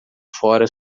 fora